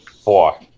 Four